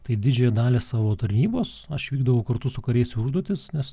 tai didžiąją dalį savo tarybos aš vykdavau kartu su kariais ir užduotis nes